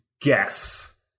guess